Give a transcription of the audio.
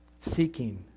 seeking